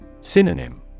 Synonym